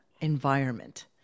environment